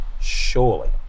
Surely